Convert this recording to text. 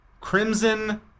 Crimson